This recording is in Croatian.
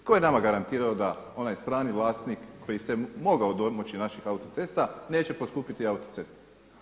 Tko je nama garantirao da onaj strani vlasnik koji se mogao domoći naših autocesta neće poskupjeti autoceste.